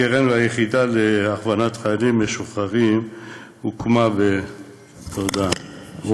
הקרן והיחידה להכוונת חיילים משוחררים הוקמה על